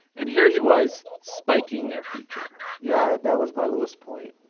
and here he was, spiking their future yeah, that was my lowest point.